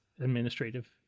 administrative